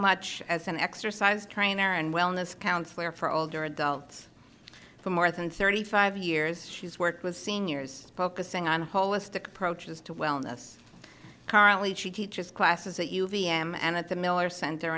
much as an exercise trainer and wellness counselor for older adults for more than thirty five years she's worked with seniors focusing on holistic approach is to wellness currently she teaches classes that u v m and at the miller cent